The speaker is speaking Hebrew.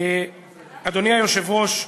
אדוני היושב-ראש,